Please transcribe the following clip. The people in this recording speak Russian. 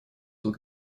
под